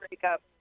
breakup